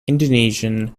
indonesian